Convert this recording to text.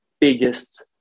biggest